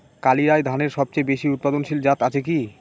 কালিরাই ধানের সবচেয়ে বেশি উৎপাদনশীল জাত আছে কি?